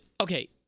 okay